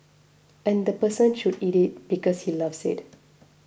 and the person should eat it because he loves it